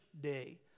day